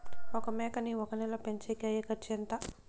ఒక మేకని ఒక నెల పెంచేకి అయ్యే ఖర్చు ఎంత?